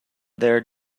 there